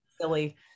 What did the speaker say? silly